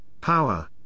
power